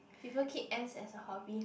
people keep ants as a hobby